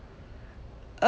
uh~